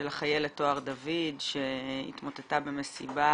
של החיילת טוהר דוד שהתמוטטה במסיבה